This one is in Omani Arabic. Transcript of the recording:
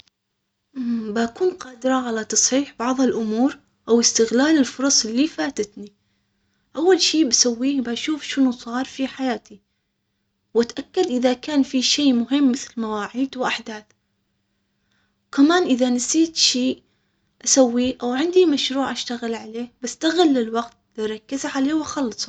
بكون قادرة على تصحيح بعض الامور او استغلال الفرص اللي فاتتني اول شي بسويه بشوف شنو صار في حياتي واتأكد اذا كان في شي مهم مثل مواعيد واحداث كمان اذا نسيت شي سوي عندي ـو مشروع اشتغل عليه بستغل الوقت واركز عليه واخلصه.